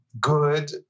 good